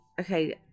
Okay